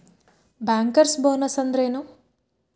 Bankers bonus ಅಂದ್ರೇನು?